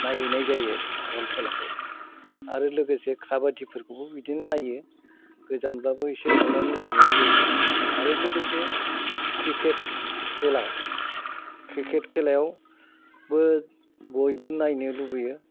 नायहैनाय जायो आरो बल खेलाखौ आरो लोगोसे काबादिफोरखौबो बिदिनो नायो गोजानब्लाबो इसे थांनानै नायहैनाय जायो आरो लोगोसे क्रिकेट खेलायावबो बयबो नायनो लुबैयो